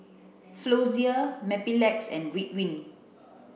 Floxia Mepilex and Ridwind